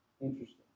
Interesting